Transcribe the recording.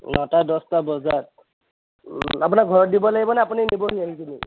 নটা দহটা বজাত আপোনাৰ ঘৰত দিব লাগিব নে আপুনি নিবহি আহি পিনি